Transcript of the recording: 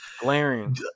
Glaring